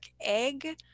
egg